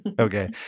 Okay